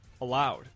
allowed